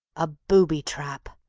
a booby-trap!